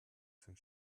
sind